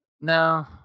No